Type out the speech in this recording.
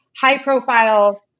high-profile